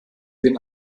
den